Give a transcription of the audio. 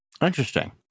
Interesting